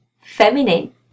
feminine